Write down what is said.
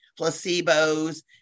placebos